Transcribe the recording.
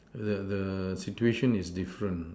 the the situation is different